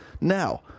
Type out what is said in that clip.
Now